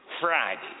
Friday